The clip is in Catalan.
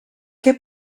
què